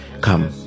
come